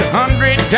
hundred